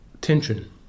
Tension